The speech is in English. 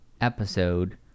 episode